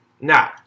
Now